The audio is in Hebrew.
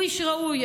הוא איש ראוי.